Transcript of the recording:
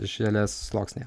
želė sluoksniai